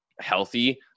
healthy